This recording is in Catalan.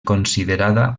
considerada